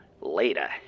later